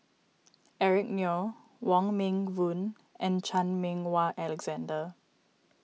Eric Neo Wong Meng Voon and Chan Meng Wah Alexander